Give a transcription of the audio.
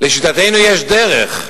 לשיטתנו יש דרך.